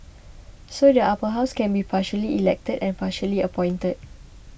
so the Upper House can be partially elected and partially appointed